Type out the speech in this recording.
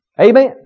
Amen